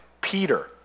Peter